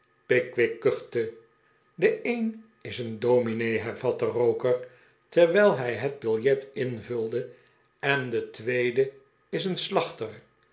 pickwick kuchte ti de een is een dominee hervatte roker terwijl hij het biljet invulde en de tweede is een slachter